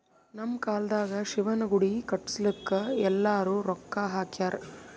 ನಮ್ ಕಾಲ್ದಾಗ ಶಿವನ ಗುಡಿ ಕಟುಸ್ಲಾಕ್ ಎಲ್ಲಾರೂ ರೊಕ್ಕಾ ಹಾಕ್ಯಾರ್